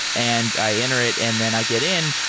and i enter it and then i get in.